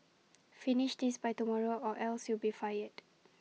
finish this by tomorrow or else you'll be fired